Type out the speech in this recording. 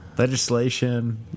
Legislation